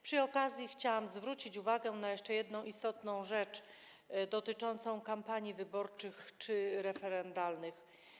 Przy okazji chciałam zwrócić uwagę na jeszcze jedną istotną rzecz dotyczącą kampanii wyborczych czy referendalnych.